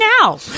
now